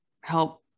help